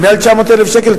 או מעל 900,000 שקל,